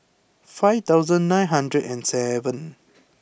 five thousand nine hundred and seven